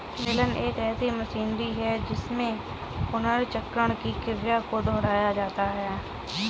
बेलन एक ऐसी मशीनरी है जिसमें पुनर्चक्रण की क्रिया को दोहराया जाता है